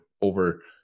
over